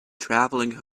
travelling